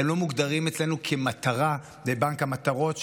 הם לא מוגדרים אצלנו כמטרה בבנק המטרות,